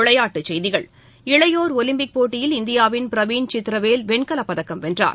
விளையாட்டுச் செய்திகள் இளையோர் ஒலிம்பிக் போட்டியில் இந்தியாவின் பிரவீன் சித்திரவேல் வெண்கலப் பதக்கம் வென்றார்